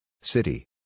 City